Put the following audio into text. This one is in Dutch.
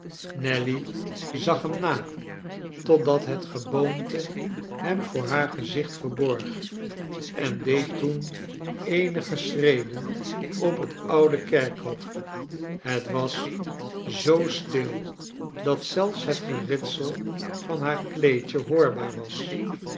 nelly zag hem na totdat het geboomte hem voor haar gezicht verborg en deed toen eenige schreden op het oude kerkhof het was zoo stil dat zelfs het geritsel van haar kleedje hoorbaar was